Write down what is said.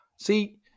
See